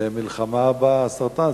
למלחמה בסרטן.